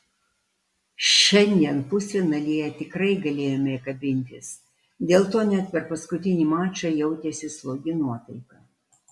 šiandien pusfinalyje tikrai galėjome kabintis dėl to net per paskutinį mačą jautėsi slogi nuotaika